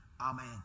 Amen